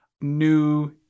new